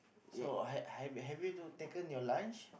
so ha~ ha~ have you two taken your lunch